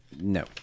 No